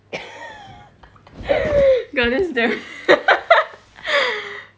girl this is damn